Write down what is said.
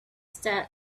that